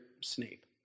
Snape